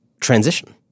transition